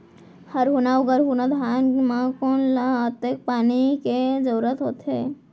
हरहुना अऊ गरहुना धान म कोन ला कतेक पानी के जरूरत रहिथे?